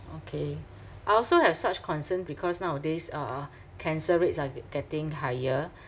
okay I also have such concern because nowadays uh cancer rates are ge~ getting higher